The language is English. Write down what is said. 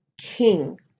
King